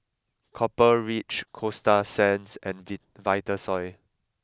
Copper Ridge Coasta Sands and we Vitasoy